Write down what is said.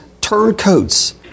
turncoats